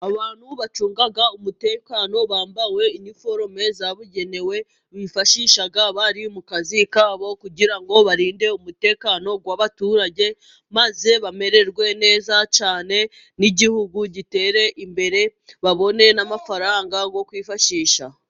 Abantu bacunga umutekano bambaye iniforome zabugenewe, bifashisha bari mu kazi kabo, kugira ngo barinde umutekano w'abaturage, maze bamererwe neza cyane, n'igihugu gitere imbere, babone n'amafaranga yo kwifashisha.